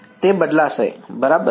તે બદલાશે બરાબર